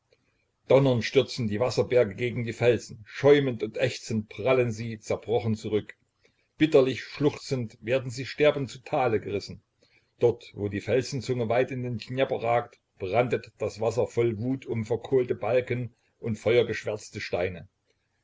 donnernd stürzen die wasserberge gegen die felsen schäumend und ächzend prallen sie zerbrochen zurück bitterlich schluchzend werden sie sterbend zu tale gerissen dort wo die felsenzunge weit in den dnjepr ragt brandet das wasser voll wut um verkohlte balken und feuergeschwärzte steine